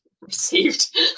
received